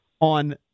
on